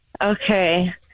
okay